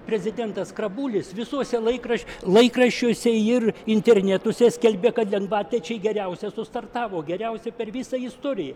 prezidentas skrabulis visuose laikraščių laikraščiuose ir internetuose skelbia kad lengvaatlečiai geriausiai startavo geriausia per visą istoriją